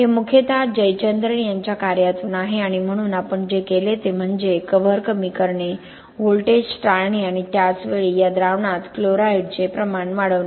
हे मुख्यतः जयचंद्रन यांच्या कार्यातून आहे आणि म्हणून आपण जे केले ते म्हणजे कव्हर कमी करणे व्होल्टेज टाळणे आणि त्याच वेळी या द्रावणात क्लोराईडचे प्रमाण वाढवणे